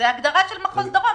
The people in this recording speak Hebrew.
זאת הגדרה של מחוז דרום.